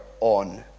on